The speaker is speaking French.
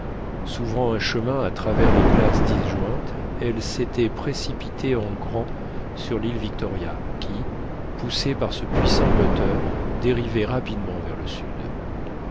s'ouvrant un chemin à travers les glaces disjointes elle s'était précipitée en grand sur l'île victoria qui poussée par ce puissant moteur dérivait rapidement vers le sud